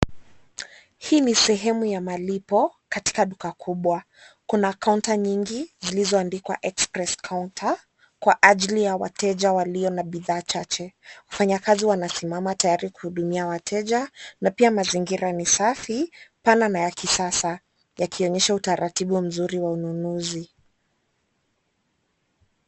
Hii ni sehemu ya malipo katika duka kubwa, kuna kaunta nyingi zilizoandikwa express counter kwa ajili ya wateja walio na bidhaa chache. Wafanyakazi wanasimama tayari kuhudumia wateja na pia mazingira ni safi, pana na ya kisasa, yakionyesha utaratibu mzuri wa ununuzi.